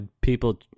people